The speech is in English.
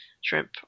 shrimp